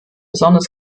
besonders